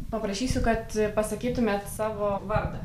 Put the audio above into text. paprašysiu kad pasakytumėt savo vardą